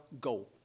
goal